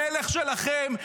המלך שלכם,